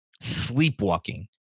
sleepwalking